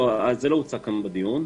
זה לא הוצג כאן בדיון.